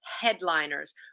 headliners